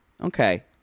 Okay